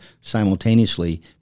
simultaneously